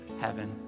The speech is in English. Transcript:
heaven